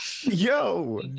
Yo